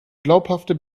glaubhafte